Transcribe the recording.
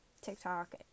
TikTok